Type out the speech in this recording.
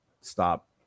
stop